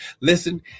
Listen